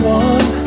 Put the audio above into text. one